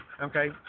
okay